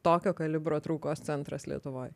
tokio kalibro traukos centras lietuvoj